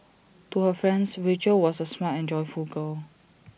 to her friends Rachel was A smart and joyful girl